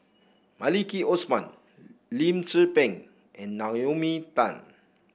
Maliki Osman Lim Tze Peng and Naomi Tan